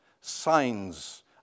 signs